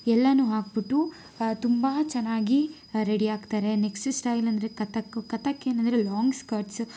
ಎಲ್ಲನು ಹಾಕ್ಬಿಟ್ಟು ತುಂಬ ಚೆನ್ನಾಗಿ ರೆಡಿ ಆಗ್ತಾರೆ ನೆಕ್ಸ್ಟ್ ಸ್ಟೈಲ್ ಅಂದರೆ ಕಥಕ್ ಕಥಕ್ಕೇನಂದರೆ ಲಾಂಗ್ ಸ್ಕರ್ಟ್ಸು